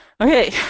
Okay